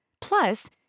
Plus